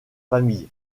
famille